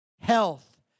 health